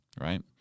right